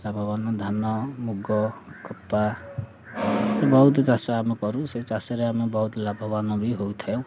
ଲାଭବାନ ଧାନ ମୁଗ କପା ବହୁତ ଚାଷ ଆମେ କରୁ ସେ ଚାଷରେ ଆମେ ବହୁତ ଲାଭବାନ ବି ହୋଇଥାଉ